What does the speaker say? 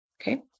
okay